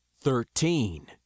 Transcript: thirteen